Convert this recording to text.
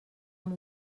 amb